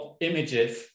images